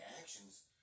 actions